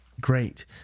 Great